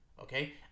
okay